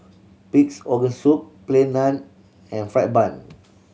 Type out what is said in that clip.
Pig's Organ Soup Plain Naan and fried bun